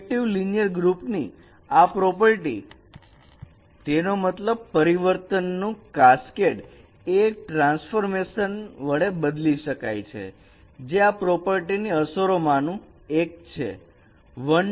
projective linear ગ્રુપની આ property તેથી તેનો મતલબ પરિવર્તનનું કાસ્કેડ એ એક ટ્રાન્સફોર્મેશન વડે બદલી શકાય છે જે આ પ્રોપર્ટીની અસરો માંનું એક છે